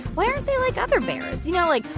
why aren't they like other bears, you know, like,